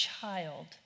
child